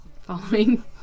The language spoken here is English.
Following